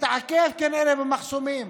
מתעכב כנראה במחסומים